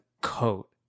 coat